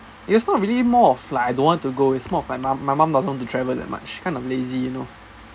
it's not really more of like I don't want to go it's more of my mum my mum doesn't want to travel that much kind of lazy you know